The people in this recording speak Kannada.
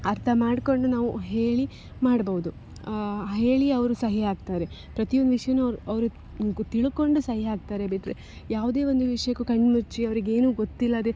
ಅರ್ಥ ಮಾಡಿಕೊಂಡು ನಾವು ಹೇಳಿ ಮಾಡ್ಬೌದು ಹೇಳಿ ಅವರು ಸಹಿ ಹಾಕ್ತಾರೆ ಪ್ರತಿ ಒಂದು ವಿಷ್ಯಯು ಅವ್ರು ಅವ್ರದು ತಿಳಕೊಂಡು ಸಹಿ ಹಾಕ್ತಾರೆ ಬಿಟ್ಟರೆ ಯಾವುದೇ ಒಂದು ವಿಷಯಕ್ಕು ಕಣ್ಣುಮುಚ್ಚಿ ಅವರಿಗೇನು ಗೊತ್ತಿಲ್ಲದೆ